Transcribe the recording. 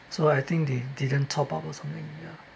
so I think they didn't top up or something ya